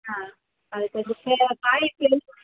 ஆ அது சில காய்